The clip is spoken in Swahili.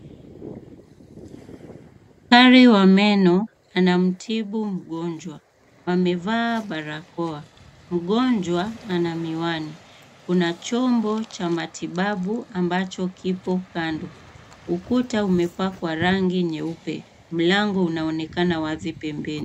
Daktari wa meno anamtibu mgonjwa. Amevaa barakoa, mgonjwa ana miwani. Kuna chombo cha matibabu ambacho kipo kando. Ukuta umepakwa rangi nyeupe, mlango unaonekana wazi pembeni.